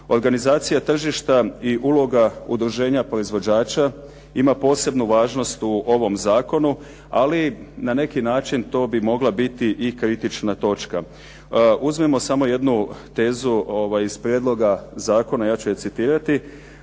Organizacija tržišta i uloga udruženja proizvođača ima posebnu važnost u ovom zakonu, ali na neki način to bi mogla biti i kritična točka. Uzmimo samo jednu tezu iz prijedloga zakona, ja ću je citirati.